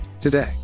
Today